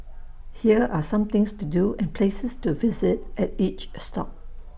here are some things to do and places to visit at each stop